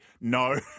No